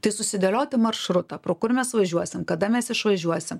tai susidėlioti maršrutą pro kur mes važiuosim kada mes išvažiuosim